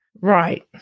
Right